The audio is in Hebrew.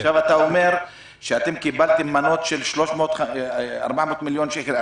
עכשיו אתה אומר שאתם קיבלתם מנות של 400 מיליון שקלים.